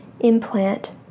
Implant